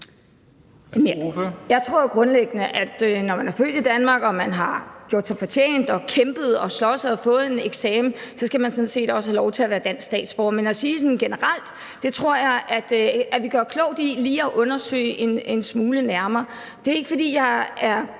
Jeg tror jo grundlæggende, at når man er født i Danmark og har gjort sig fortjent til det og har kæmpet og har sloges og har fået en eksamen, skal man sådan set også have lov til at være dansk statsborger; men at sige, at det skal være et generelt princip, tror jeg er noget vi gør klogt i lige at undersøge lidt nærmere. Det er ikke, fordi jeg er